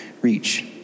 reach